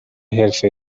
حرفه